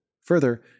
Further